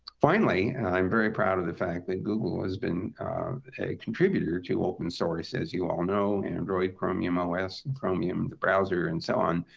finally, and i'm very proud of the fact that google has been a contributor to open source, as you all know, android chromium ah os, and chromium the browser, and so on.